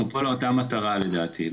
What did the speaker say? אנחנו פה לאותה מטרה, לדעתי.